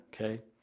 okay